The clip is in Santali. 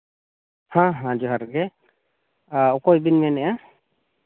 ᱦᱮᱸ ᱦᱮᱸ ᱡᱚᱦᱟᱨ ᱜᱮ ᱚᱠᱚᱭ ᱵᱤᱱ ᱢᱮᱱᱮᱜᱼᱟ